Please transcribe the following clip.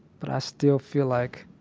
but i still feel like